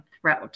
throat